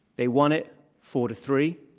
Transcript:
they won it four to three.